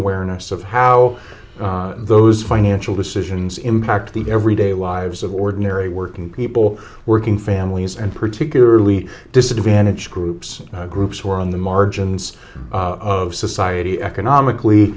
awareness of how those financial decisions impact the everyday lives of ordinary working people working families and particularly disadvantaged groups groups who are on the margins of society economically